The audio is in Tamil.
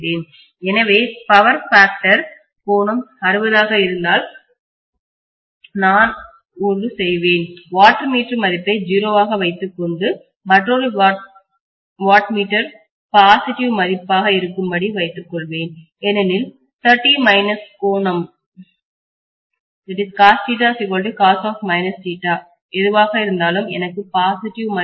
எனவே பவர் ஃபேக்டர் சக்தி காரணி கோணம் 60o ஆக இருந்தால் நான் ஒரு செய்வேன் வாட் மீட்டர் மதிப்பை 0 ஆக வைத்துக்கொண்டு மற்றொரு வாட் மீட்டர் பாசிட்டிவ்நேர்மறை மதிப்பாக இருக்கும்படி வைத்துக்கொள்வேன் ஏனெனில் 30 மைனஸ் கோணம் எதுவாக இருந்தாலும் எனக்கு பாசிட்டிவ் நேர்மறையான மதிப்பு கிடைக்கும்